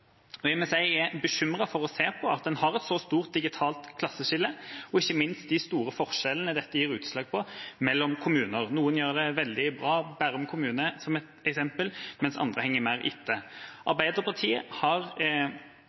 resultatene. Jeg er bekymret over å se at vi har et så stort digitalt klasseskille, og ikke minst at dette gir utslag i så store forskjeller mellom kommuner. Noen gjør det veldig bra – Bærum kommune er et eksempel på det – mens andre henger mer etter. Arbeiderpartiet har